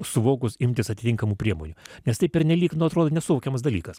suvokus imtis atitinkamų priemonių nes tai pernelyg nu atrodo nesuvokiamas dalykas